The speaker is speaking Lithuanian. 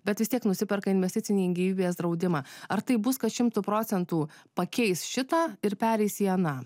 bet vis tiek nusiperka investicinį gyvybės draudimą ar tai bus kad šimtu procentų pakeis šitą ir pereis į aną